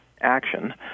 action